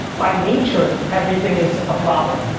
by nature, everything is a problem,